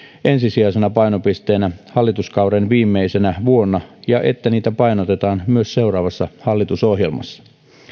ensisijaisena painopisteenä hallituskauden viimeisenä vuonna ja että niitä painotetaan myös seuraavassa hallitusohjelmassa